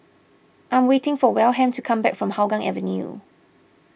I'm waiting for Wilhelm to come back from Hougang Avenue